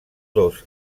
dos